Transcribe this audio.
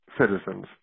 citizens